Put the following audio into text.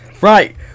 Right